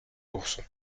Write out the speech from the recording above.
courson